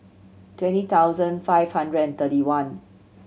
twenty thousand five hundred and thirty one